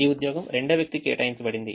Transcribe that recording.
ఈ ఉద్యోగం రెండవ వ్యక్తికి కేటాయించబడింది